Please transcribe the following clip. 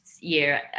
year